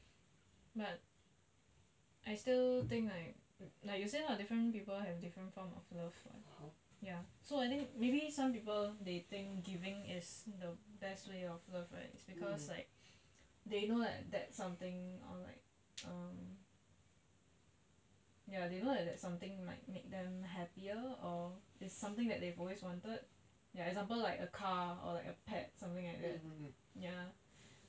but I still think like like you say lah different people have different form of love what ya so I think maybe some people they think giving is the best way of love right it's because like they know like that something or like um ya they know that like that something might make them happier or it's something that they always wanted ya example like a car or like a pet something like that ya